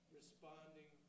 responding